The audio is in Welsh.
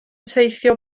teithio